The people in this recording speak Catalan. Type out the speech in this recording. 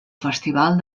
festival